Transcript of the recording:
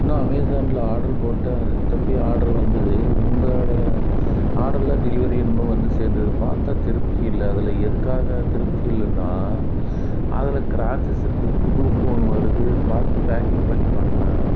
நான் அமேசானில் ஆர்ட்ரு போட்டேன் திரும்பி ஆர்ட்ரு வந்தது முந்தைய வாரம் ஆர்டரில் டெலிவெரின்னு வந்து சேர்ந்துது பார்த்தேன் திருப்தி இல்லை அதில் எதுக்காக திருப்தி இல்லைனா அதில் கிராச்சஸ் இருக்கு புது ஃபோன் வருது பார்த்து பேக்கிங் பண்ணி பார்த்தா